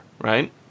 right